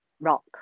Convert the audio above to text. rock